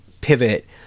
pivot